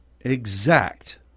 exact